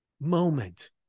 moment